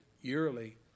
yearly